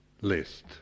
list